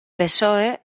psoe